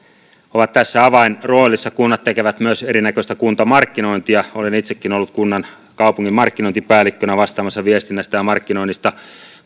ovat tässä avainroolissa kunnat tekevät myös erinäköistä kuntamarkkinointia olen itsekin ollut kaupungin markkinointipäällikkönä vastaamassa viestinnästä ja markkinoinnista